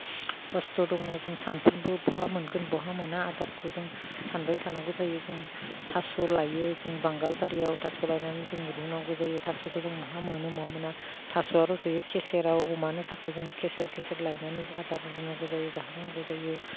कस्त' दङ जों सानफ्रोमबो बहा मोनगोन बहा मोना आदारखौ जों सानबाय थानांगौ जायो जों थास' लायो जों बांगालबारियाव थास' लायनानै जोङो रुनांगौ जायो थास'खौ जों बहा मोनो बहा मोना थास'आ रज'यो खेसेराव अमानि थाखाय जों खेसेर खेसेर लायनानै आदार होनांगौ जायो जाहोनांगौ जायो